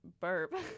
burp